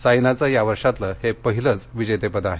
सायनाचं या वर्षातलं हे पहिलच विजेतेपद आहे